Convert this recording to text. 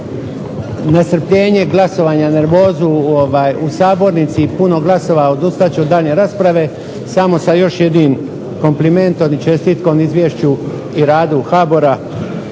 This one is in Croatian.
na strpljenje glasovanja, nervozu u Sabornici i puno glasova odustat ću od daljnje rasprave, samo sa još jednim komplimentom i čestitku na izvješću i radu HBOR-a